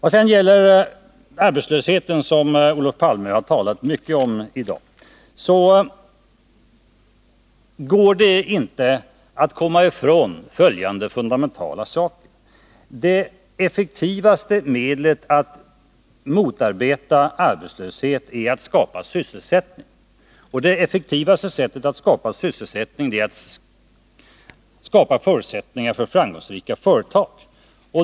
Beträffande arbetslösheten, som Olof Palme har talat mycket om i dag: Det går inte att komma ifrån följande fundamentala förhållanden. Det effektivaste medlet att motarbeta arbetslöshet är att skapa sysselsättning, och det effektivaste sättet att skapa sysselsättning är att skapa förutsättningar för framgångsrika företag.